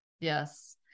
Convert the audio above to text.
yes